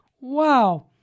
Wow